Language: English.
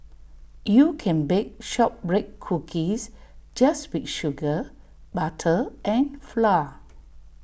you can bake Shortbread Cookies just with sugar butter and flour